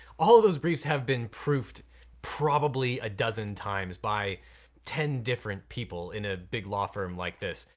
all those briefs have been proofed probably a dozen times by ten different people in a big law firm like this.